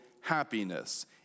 happiness